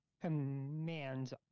commands